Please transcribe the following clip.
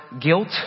guilt